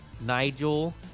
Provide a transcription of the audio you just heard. Nigel